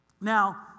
Now